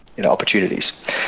opportunities